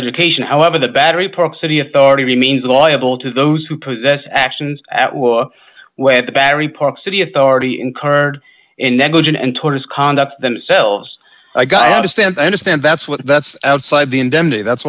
education however the battery park city authority remains loyal to those who possess actions where the battery park city authority incurred and negligent and towards conduct themselves i got a stamp i understand that's what that's outside the